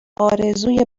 آرزوی